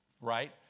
right